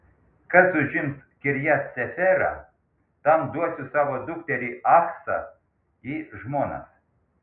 kas užims kirjat seferą tam duosiu savo dukterį achsą į žmonas